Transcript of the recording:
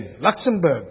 Luxembourg